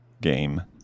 game